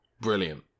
Brilliant